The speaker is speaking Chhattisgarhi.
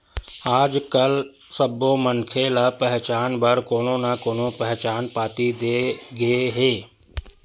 आजकाल सब्बो मनखे ल पहचान बर कोनो न कोनो पहचान पाती दे गे हे